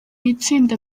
itsinda